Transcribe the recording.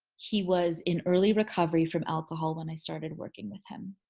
he was in early recovery from alcohol when i started working with him.